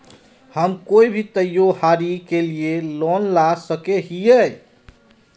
हम कोई भी त्योहारी के लिए लोन ला सके हिये?